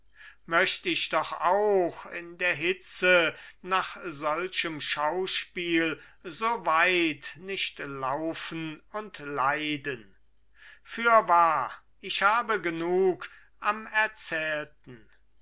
möcht ich doch auch in der hitze nach solchem schauspiel so weit nicht laufen und leiden fürwahr ich habe genug am erzählten